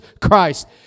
Christ